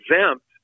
exempt